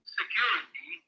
security